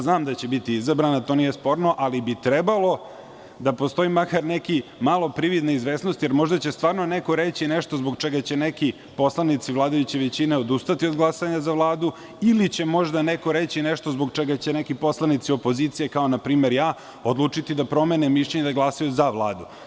Znam da će biti izabrana, to nije sporno, ali bi trebalo da postoji makar malo prividne izvesnosti, jer možda će stvarno neko reći nešto zbog čega će neki poslanici vladajuće većine odustati od glasanja za Vladu ili će možda neko reći nešto zbog čega će neki poslanici opozicije, kao npr. ja, odlučiti da promene mišljenje i da glasaju za Vladu.